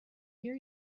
hear